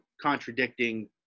contradicting